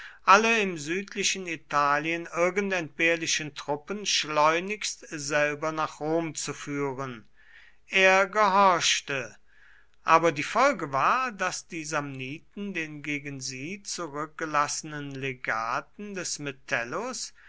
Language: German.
alle im südlichen italien irgend entbehrlichen truppen schleunigst selber nach rom zu führen er gehorchte aber die folge war daß die samniten den gegen sie zurückgelassenen legaten des